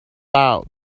out